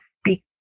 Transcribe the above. speak